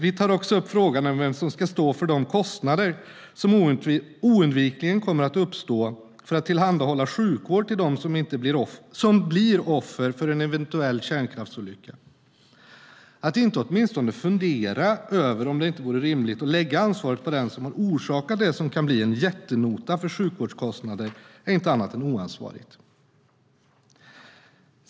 Vi tar också upp frågan om vem som ska stå för de kostnader som oundvikligen kommer att uppstå för att tillhandahålla sjukvård till dem som blir offer för en eventuell kärnkraftsolycka. Att inte åtminstone fundera över om det inte vore rimligt att lägga ansvaret på den som har orsakat det som kan bli en jättenota för sjukvårdskostnader är inte annat än oansvarigt.